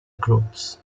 groups